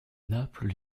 naples